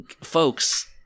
folks